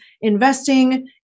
investing